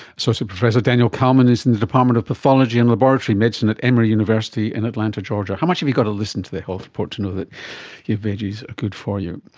associate professor daniel kalman is in the department of pathology and laboratory medicine at emory university in atlanta, georgia. how much have you got to listen to the health report to know that your veggies are good for you?